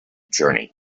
journey